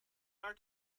are